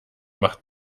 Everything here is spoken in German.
macht